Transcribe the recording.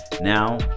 now